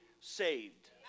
saved